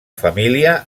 família